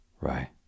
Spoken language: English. Right